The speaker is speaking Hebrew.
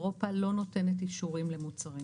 אירופה לא נותנת אישורים למוצרים.